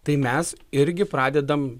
tai mes irgi pradedam